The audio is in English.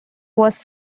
was